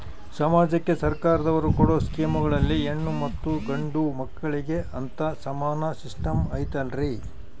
ಸಮಾಜಕ್ಕೆ ಸರ್ಕಾರದವರು ಕೊಡೊ ಸ್ಕೇಮುಗಳಲ್ಲಿ ಹೆಣ್ಣು ಮತ್ತಾ ಗಂಡು ಮಕ್ಕಳಿಗೆ ಅಂತಾ ಸಮಾನ ಸಿಸ್ಟಮ್ ಐತಲ್ರಿ?